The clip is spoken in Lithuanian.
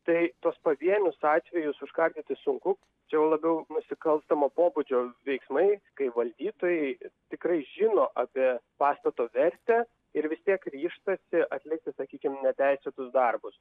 tai tuos pavienius atvejus užkardyti sunku čia labiau nusikalstamo pobūdžio veiksmai kai valdytojai tikrai žino apie pastato vertę ir vis tiek ryžtasi atlikti sakykim neteisėtus darbus